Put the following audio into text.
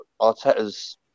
Arteta's